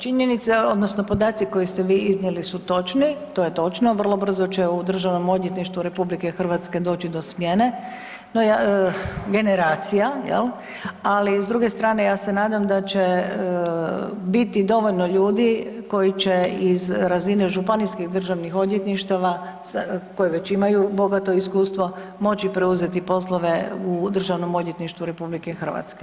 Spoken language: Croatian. Činjenica odnosno podaci koji ste vi iznijeli su točno, to je točno, vrlo brzo će u Državnom odvjetništvu RH doći do smjene generacija, jel, ali s druge strane ja se nadam da će biti dovoljno ljudi koji će iz razine županijskih Državnih odvjetništava koji već imaju bogato iskustvo, moći preuzeti poslove u Državnom odvjetništvu RH.